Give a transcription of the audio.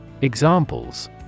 Examples